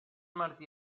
martí